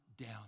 down